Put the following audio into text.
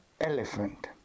elephant